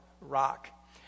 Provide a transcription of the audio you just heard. rock